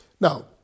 Now